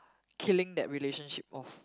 killing that relationship off